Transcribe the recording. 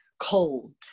cold